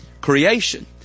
creation